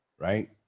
right